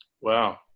Wow